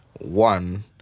one